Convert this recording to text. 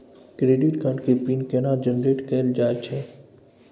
Credit card के pin केना generate कैल जाए छै?